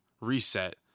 reset